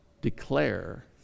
declare